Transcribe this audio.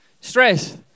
Stress